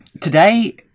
today